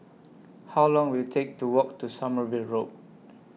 How Long Will IT Take to Walk to Sommerville Road